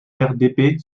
rrdp